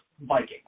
Vikings